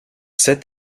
sept